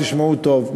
תשמעו טוב,